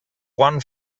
one